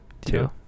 two